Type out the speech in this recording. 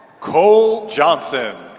cole johnson